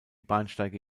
bahnsteige